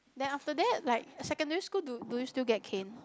then after that like secondary school do do you still get cane